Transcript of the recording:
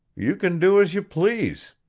you can do as you please,